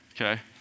Okay